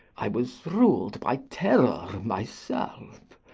i was ruled by terror myself,